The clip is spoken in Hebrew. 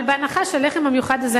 אבל בהנחה שהלחם המיוחד הזה,